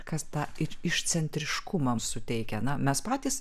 kas tą ir išcentriškumą suteikia na mes patys